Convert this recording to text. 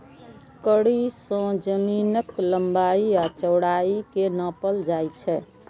कड़ी सं जमीनक लंबाइ आ चौड़ाइ कें नापल जाइ छै